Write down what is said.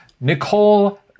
Nicole